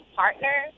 partner